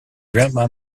grandma